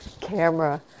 camera